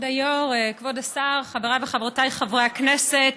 כבוד היו"ר, כבוד השר, חבריי וחברותיי חברי הכנסת,